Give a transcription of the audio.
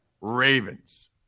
Ravens